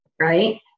right